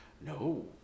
No